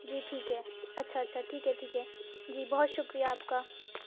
جی ٹھیک ہے اچھا اچھا ٹھیک ہے ٹھیک ہے جی بہت شُکریہ آپ کا